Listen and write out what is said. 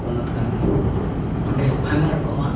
ᱯᱚᱱᱚᱛ ᱠᱟᱱᱟ ᱚᱸᱰᱮ ᱟᱭᱢᱟ ᱨᱚᱠᱚᱢᱟᱜ